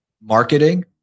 marketing